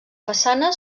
façana